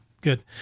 Good